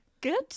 good